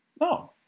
No